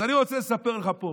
אז אני רוצה לספר לך פה,